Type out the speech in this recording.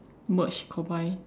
merge combine